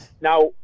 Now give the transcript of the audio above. Now